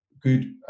good